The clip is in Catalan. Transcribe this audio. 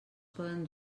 poden